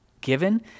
given